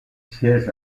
siège